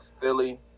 Philly